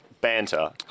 banter